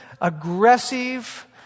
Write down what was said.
aggressive